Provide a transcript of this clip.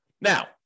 Now